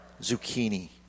zucchini